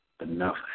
Enough